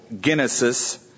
Genesis